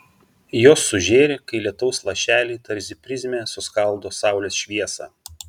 jos sužėri kai lietaus lašeliai tarsi prizmė suskaldo saulės šviesą